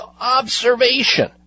observation